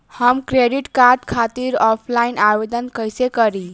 हम credit card खातिर offline आवेदन कइसे करि?